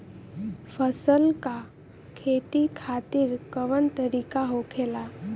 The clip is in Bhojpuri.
फसल का खेती खातिर कवन तरीका होखेला?